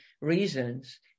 reasons